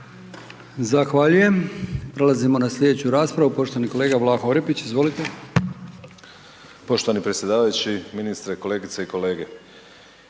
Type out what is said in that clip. Zahvaljujem. Prelazimo na slijedeću raspravu poštovani kolega Vlaho Orepić. **Orepić, Vlaho (NP)** Poštovani predsjedavajući, ministre, kolegice i kolege,